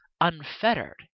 unfettered